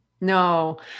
No